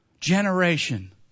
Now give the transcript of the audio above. generation